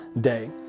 day